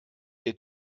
der